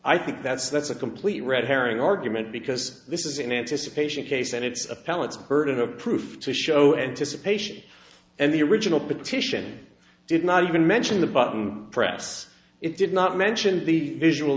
i think that's that's a complete red herring argument because this is an anticipation case and it's appellants burden of proof to show anticipation and the original petition did not even mention the button press it did not mention the visual